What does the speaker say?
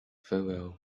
farewell